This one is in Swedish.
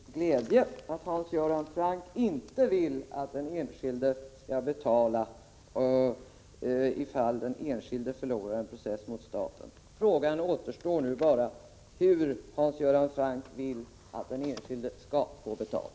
Fru talman! Jag noterar med glädje att Hans Göran Franck inte vill att den enskilde skall betala ifall den enskilde förlorar en process mot staten. Nu återstår bara frågan hur han vill att den enskilde skall få betalt.